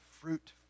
fruit